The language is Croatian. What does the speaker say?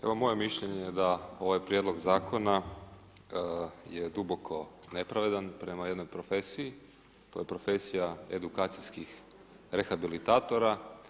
Evo moje mišljenje je da ovaj prijedlog zakona je duboko nepravedan prema jednoj profesiji, to je profesija edukacijskih rehabilitatora.